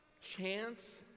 chance